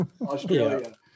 Australia